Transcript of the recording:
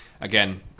again